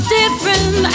different